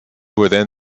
within